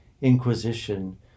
Inquisition